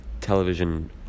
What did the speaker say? television